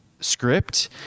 script